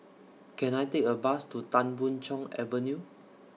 Can I Take A Bus to Tan Boon Chong Avenue